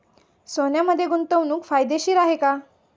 सोन्यामध्ये गुंतवणूक फायदेशीर आहे का?